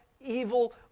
evil